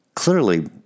Clearly